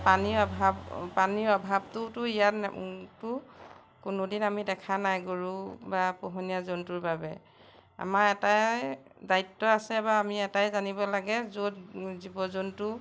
পানীৰ অভাৱ পানীৰ অভাৱটোতো ইয়াতো কোনোদিন আমি দেখা নাই গৰু বা পোহনীয়া জন্তুৰ বাবে আমাৰ এটাই দায়িত্ব আছে বা আমি এটাই জানিব লাগে য'ত জীৱ জন্তু